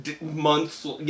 Months